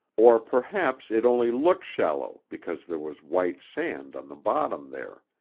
or perhaps it only looked shallow because there was white sand on the bottom there.